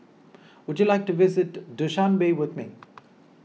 would you like to visit Dushanbe with me